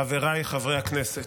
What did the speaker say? חבריי חברי הכנסת,